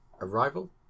arrival